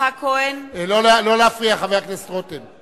יצחק כהן, לא להפריע, חבר הכנסת רותם.